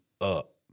up